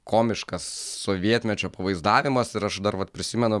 komiškas sovietmečio pavaizdavimas ir aš dar vat prisimenu